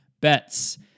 bets